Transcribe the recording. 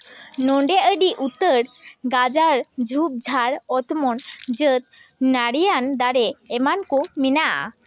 ᱱᱚᱰᱮ ᱟᱹᱰᱤ ᱩᱛᱟᱹᱨ ᱜᱟᱡᱟᱲ ᱡᱷᱩᱲ ᱡᱷᱟᱲ ᱚᱛ ᱚᱢᱚᱱ ᱡᱟᱹᱛ ᱱᱟᱹᱲᱤᱭᱟᱱ ᱫᱟᱨᱮ ᱮᱢᱟᱱ ᱠᱚ ᱢᱮᱱᱟᱜᱼᱟ